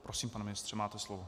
Prosím, pane ministře, máte slovo.